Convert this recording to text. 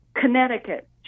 Connecticut